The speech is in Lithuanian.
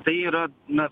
tai yra na